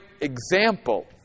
example